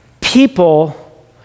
people